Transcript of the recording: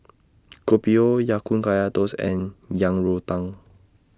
Kopi O Ya Kun Kaya Toast and Yang Rou Tang